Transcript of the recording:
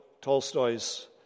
Tolstoy's